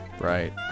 Right